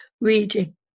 reading